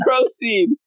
proceed